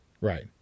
Right